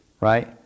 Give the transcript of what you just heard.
Right